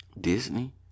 Disney